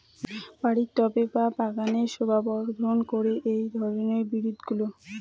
বাড়ির টবে বা বাগানের শোভাবর্ধন করে এই ধরণের বিরুৎগুলো